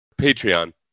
Patreon